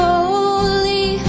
Holy